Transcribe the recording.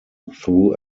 through